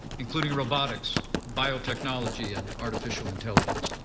including robotics, biotechnology, and artificial intelligence.